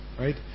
right